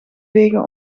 vegen